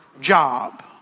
job